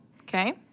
Okay